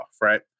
right